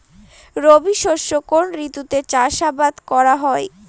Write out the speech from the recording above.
রবি শস্য কোন ঋতুতে চাষাবাদ করা হয়?